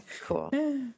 cool